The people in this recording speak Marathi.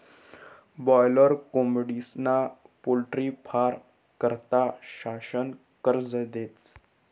बाॅयलर कोंबडीस्ना पोल्ट्री फारमं करता शासन कर्ज देस